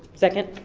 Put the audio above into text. second.